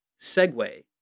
segue